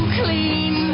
clean